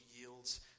yields